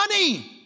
money